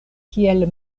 kiel